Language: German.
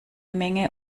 menge